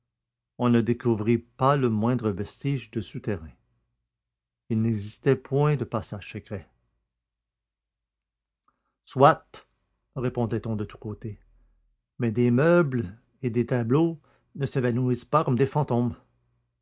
on ne découvrit pas le moindre vestige de souterrain il n'existait point de passage secret soit répondait-on de tous côtés mais des meubles et des tableaux ne s'évanouissent pas comme des fantômes